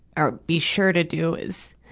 or be sure to do is,